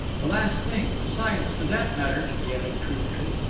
the last thing! besides, for that matter, he added truthfully,